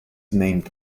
named